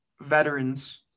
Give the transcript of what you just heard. veterans